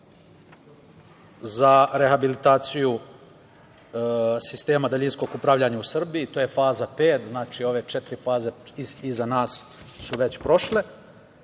za rehabilitaciju daljinskog upravljanja u Srbiji. To je faza pet. Ove četiri faze iza nas su već prošle,